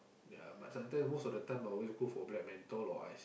yea but sometime most of the time I always go for black mentol or ice